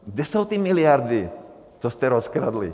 Kde jsou ty miliardy, co jste rozkradli?